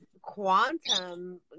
Quantum